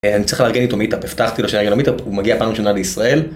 אני צריך לארגן איתו מיטאפ, הבטחתי לו שאני ארגן לו מיטאפ, הוא מגיע פעם ראשונה לישראל.